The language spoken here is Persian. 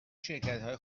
شرکتهای